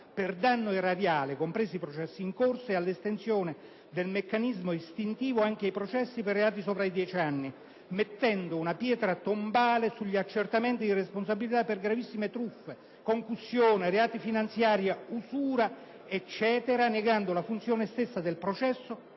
per danno erariale (compresi i processi in corso) e all'estensione del meccanismo estintivo anche ai processi per reati sopra ai dieci anni, mettendo una pietra tombale sugli accertamenti di responsabilità per gravissime truffe (concussione, reati finanziari, usura, eccetera), negano la funzione stessa del processo,